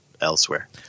elsewhere